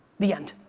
the end.